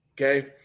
okay